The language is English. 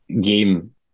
game